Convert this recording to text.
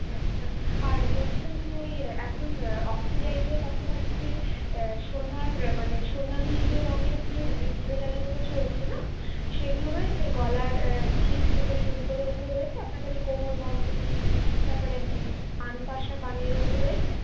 আচ্ছা আর বলছিলাম যে ওই এখন অক্সিডাইসের পাশাপাশি যে সোনার মানে সোনালি যে রঙের যে জুয়েলারিগুলো চলছে না সেগুলো রয়েছে ওই গলার কাছে কোমরবন্ধনী তার পরে কানপাশা কানের ওগুলো রয়েছে